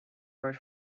word